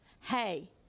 hey